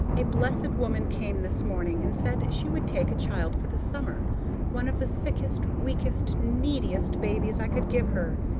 a blessed woman came this morning and said she would take a child for the summer one of the sickest, weakest, neediest babies i could give her.